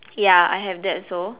ya I have that also